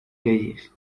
leyes